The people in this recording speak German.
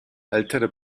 älterer